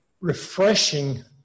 refreshing